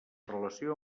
relació